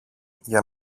για